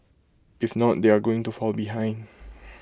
if not they are going to fall behind